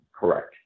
correct